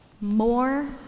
More